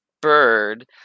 bird